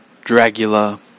Dracula